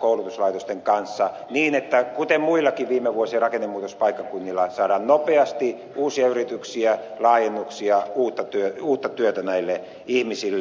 koulutuslaitosten kanssa niin että kuten muillakin viime vuosien rakennemuutospaikkakunnilla saadaan nopeasti uusia yrityksiä laajennuksia uutta työtä näille ihmisille